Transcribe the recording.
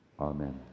Amen